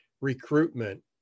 recruitment